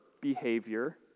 behavior